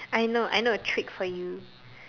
I know I know a trick for you